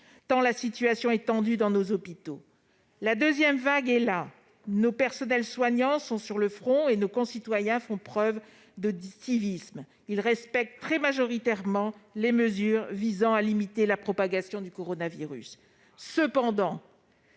tant la situation est tendue dans nos hôpitaux. La deuxième vague est là. Nos personnels soignants sont sur le front. Nos concitoyens font preuve de civisme et respectent très majoritairement les mesures visant à limiter la propagation du coronavirus. Cependant,